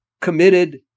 committed